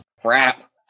crap